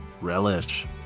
relish